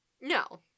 No